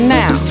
now